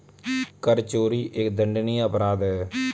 कर चोरी एक दंडनीय अपराध है